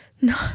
no